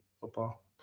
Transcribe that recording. football